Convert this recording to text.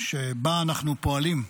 שבה אנחנו פועלים.